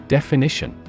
Definition